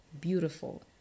beautiful